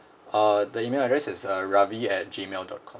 uh the email address is uh Ravi at gmail dot com